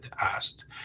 asked